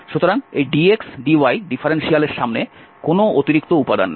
সুতরাং এই dx dy differential এর সামনে কোন অতিরিক্ত উপাদান নেই